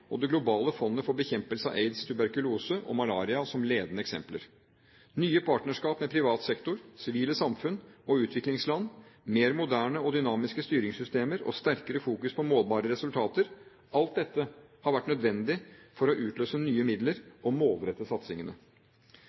og det globale fondet for bekjempelse av aids, tuberkulose og malaria, som ledende eksempler. Nye partnerskap med privat sektor, sivile samfunn og utviklingsland, mer moderne og dynamiske styringssystemer og sterkere fokus på målbare resultater – alt dette har vært nødvendig for å utløse nye midler og målrette satsingene.